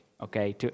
okay